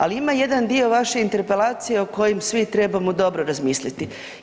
Ali ima jedan dio vaše interpelacije o kojem svi trebamo dobro razmisliti.